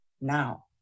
now